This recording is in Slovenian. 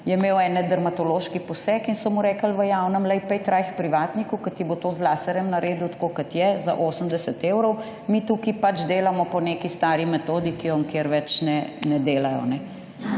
je imel ene dermatološki poseg, in so mu rekli v javnem: »Lej, pejt raj k privatniku, ki ti bo to z laserjem naredil, tako kot je, za 80 evrov. Mi tukaj pač delamo po neki stari metodi, ki jo nikjer več ne delajo.«